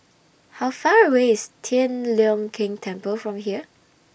How Far away IS Tian Leong Keng Temple from here